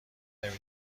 نمی